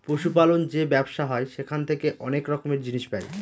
পশু পালন যে ব্যবসা হয় সেখান থেকে অনেক রকমের জিনিস পাই